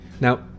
Now